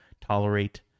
tolerate